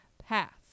path